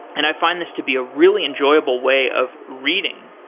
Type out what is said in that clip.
and i find this to be a really enjoyable way of reading,